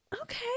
Okay